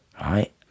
right